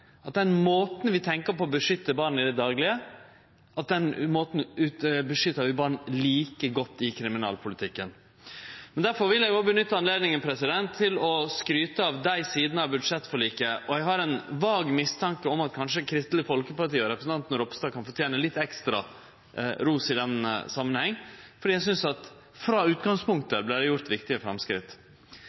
Den måten vi tenkjer på å beskytte barn i det daglege, skal vi bruke til å beskytte barn like godt i kriminalpolitikken. Difor vil eg òg bruke anledninga til å skryte av dei sidene av budsjettforliket – og eg har ein vag mistanke om at kanskje Kristeleg Folkeparti og representanten Ropstad fortener litt ekstra ros i den samanheng, for eg synest det har vorte gjort viktige framsteg frå det som var utgangspunktet. Men det